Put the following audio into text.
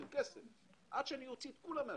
כסף עד שאני אוציא את כולם מהשוק.